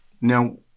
now